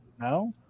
No